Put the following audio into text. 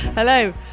Hello